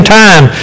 time